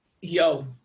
yo